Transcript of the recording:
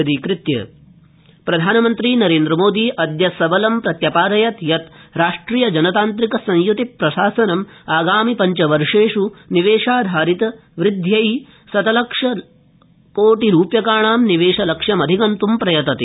प्रधानमन्त्री अर्थव्यवस्था प्रधानमन्त्री नरेन्द्रमोदी अय सबलं प्रत्यपादयत् यत् राष्ट्रिय जनतांत्रिक संयुति प्रशासनम् आगामि पञ्चवर्षेष् निवेशाधारितवृद्वयै शतलक्ष कोटिरूप्यकाणां निवेश लक्ष्यमधिगन्तुं प्रयतते